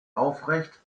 aufrecht